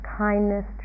kindness